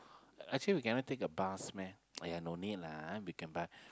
actually we cannot take a bus meh !aiya! no need lah we can buy